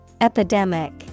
Epidemic